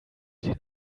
den